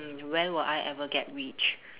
when will I ever get rich